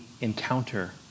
encounter